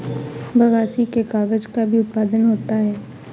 बगासी से कागज़ का भी उत्पादन होता है